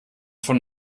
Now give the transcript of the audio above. von